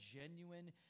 genuine